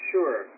Sure